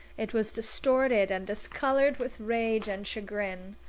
it was distorted and discolored with rage and chagrin.